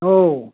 औ